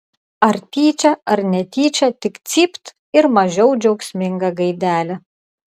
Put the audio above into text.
ar tyčia ar netyčia tik cypt ir mažiau džiaugsminga gaidelė